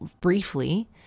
briefly